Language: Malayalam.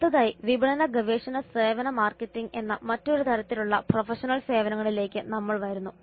അടുത്തതായി വിപണന ഗവേഷണ സേവന മാർക്കറ്റിംഗ് എന്ന മറ്റൊരു തരത്തിലുള്ള പ്രൊഫഷണൽ സേവനങ്ങളിലേക്ക് നമ്മൾ വരുന്നു